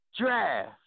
draft